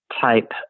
type